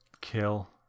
kill